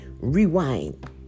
Rewind